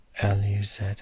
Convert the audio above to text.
L-U-Z